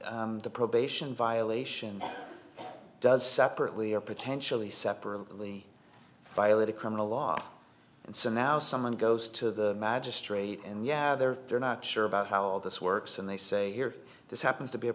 the probation violation does separately or potentially separately violate a criminal law and so now someone goes to the magistrate and yeah they're they're not sure about how all this works and they say here this happens to be a